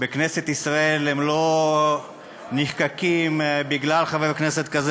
בכנסת ישראל לא נחקקים בגלל חבר כנסת כזה